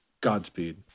Godspeed